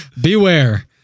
Beware